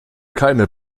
keine